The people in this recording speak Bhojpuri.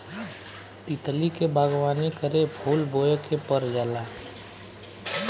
तितली के बागवानी करेला फूल बोए के पर जाला